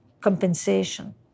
compensation